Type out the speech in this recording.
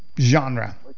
genre